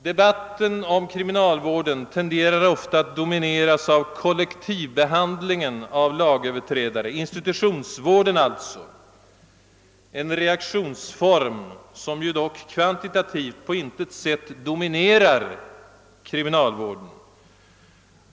Debatten om kriminalvården tenderar ofta att domineras av kollektivbehandlingen av lagöverträdare — institutionsvården alltså, en reaktionsform som ju dock kvantitativt på intet sätt dominerar = kriminalvården.